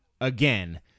again